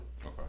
Okay